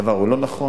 הדבר הוא לא נכון.